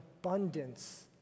abundance